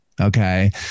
Okay